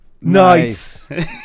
Nice